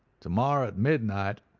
to-morrow at midnight,